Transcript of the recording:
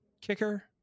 kicker